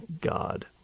God